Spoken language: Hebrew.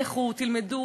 לכו תלמדו,